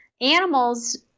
animals